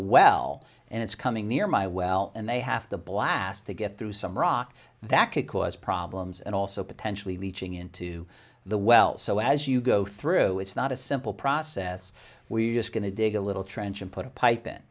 well and it's coming near my well and they have to blast to get through some rock that could cause problems and also potentially leeching into the well so as you go through it's not a simple process we're just going to dig a little trench and put a pipe